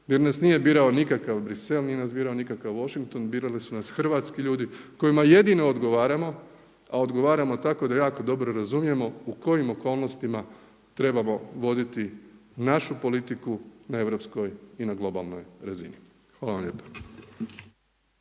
jer nas nije birao nikakav Brisel, nije nas birao nikakav Washington, birali su nas hrvatski ljudi kojima jedino odgovaramo. A odgovaramo tako da jako dobro razumijemo u kojim okolnostima trebamo voditi našu politiku na europskoj i na globalnoj razini. Hvala vam lijepa.